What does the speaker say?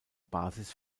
basis